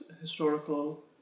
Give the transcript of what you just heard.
historical